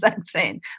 section